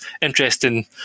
interesting